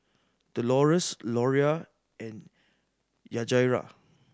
Dolores Loria and Yajaira